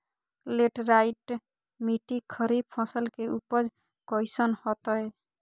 Laterite मिट्टी खरीफ फसल के उपज कईसन हतय?